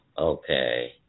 Okay